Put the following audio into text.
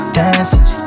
dancing